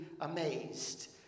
amazed